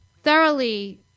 thoroughly